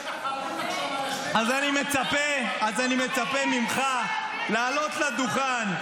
יש תחרות עכשיו --- אז אני מצפה ממך לעלות לדוכן,